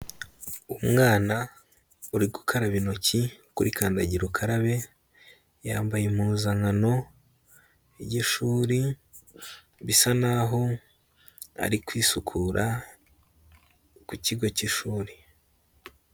Umwana uri gukaraba intoki kuri kandagirukarabe, yambaye impuzankano y'ishuri ,bisa naho ari kwisukura ku kigo cy'ishuri.